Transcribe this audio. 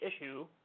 issue